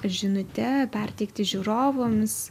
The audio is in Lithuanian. žinute perteikti žiūrovams